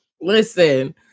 Listen